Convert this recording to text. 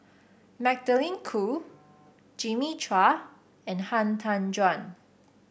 Magdalene Khoo Jimmy Chua and Han Tan Juan